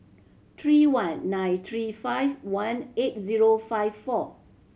three one nine three five one eight zero five four